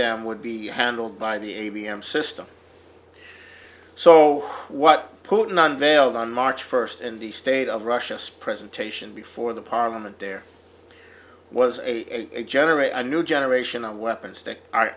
them would be handled by the a b m system so what putin unveiled on march first in the state of russia's president taishan before the parliament there was a generate a new generation of weapons that are